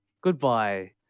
Goodbye